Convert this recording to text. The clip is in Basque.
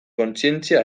kontzientzia